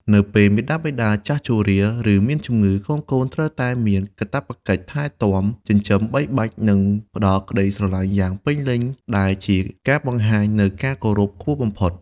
នៅពេលមាតាបិតាចាស់ជរា ឬមានជម្ងឺ កូនៗត្រូវមានកាតព្វកិច្ចថែទាំ ចិញ្ចឹមបីបាច់ និងផ្ដល់ក្ដីស្រឡាញ់យ៉ាងពេញលេញ ដែលជាការបង្ហាញនូវការគោរពខ្ពស់បំផុត។